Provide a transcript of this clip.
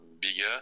bigger